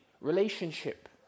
relationship